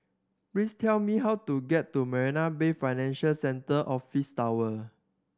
please tell me how to get to Marina Bay Financial Centre Office Tower